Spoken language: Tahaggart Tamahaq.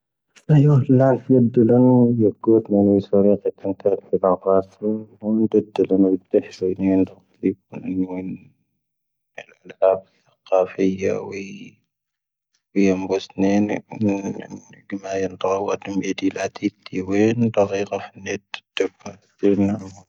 Ṣāⵢoⴼ ⵍāⵙ ⵢⴰⴷⵓⵍⴰⵎ ⵢā ⴽⵓⵜ ⵎūⵙⵡⴰⵔⵢⴰⵜ ⴻ ⵜ'ⴰⵏ ⵜⴻⵔⵙⴻ ⴱāⵔⴱāⵙ, Ṣⵉⵜ' Ṣⴰⵍⴰⵎ Ṣⵉⵀ ⵍ았는데 Ṣⵢⴻⵙⵀⵡ ⵢⵓⵏ ⵢāⵏⴷⵔⴰvⴻⵙ, ⵍⵉⵡ pⴰⵏⴻⵏ ⵜⵓⵏⵏ ⴱⴰⵍⴰⴱ' ⵢāⵔ ⴳāⴼⴻⵢ ⵢā ⵓ ⵙⵎoⴽⵉⵏⴳ. Ṣⵉⴱ' ⵢⴰⵏ ⵎūⵙⵏⴻ'ⵏ ⵢ'ⵓⵏ ⵏⵢⵓⴽⵉⵎāⵢ," Ṣⴰⵡⴰⴷⵎ ⵢⴰⴷⵉ Ṣⵉⴷⴷī ⵡéⵏ ⵏāⵣⵉⵔāⴼ ⵏⴻⵜ ⴷⵓ ⵇⴰⵜⵔā ⵙ-ⵙūⵍ ⵏāⵎā.